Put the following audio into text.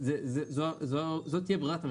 זו תהיה ברירת המחדל.